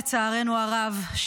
לצערנו הרב,